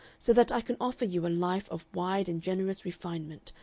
so that i can offer you a life of wide and generous refinement,